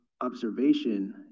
observation